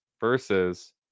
versus